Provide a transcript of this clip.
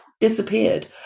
disappeared